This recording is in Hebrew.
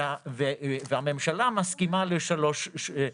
והממשלה מסכימה לשלוש שנים.